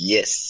Yes